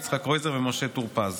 יצחק קרויזר ומשה טור פז